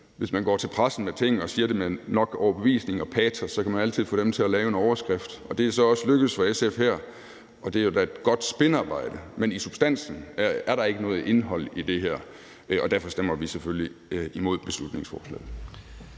hvis man går til pressen med ting og siger det med nok overbevisning og patos, kan man altid få dem til at lave en overskrift, og det er så også lykkedes for SF her. Og det er jo da et godt spinarbejde, men i substansen er der ikke noget indhold i det her, og derfor stemmer vi selvfølgelig imod beslutningsforslaget.